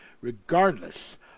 regardless